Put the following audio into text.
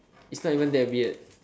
it's not even that weird